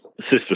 Sister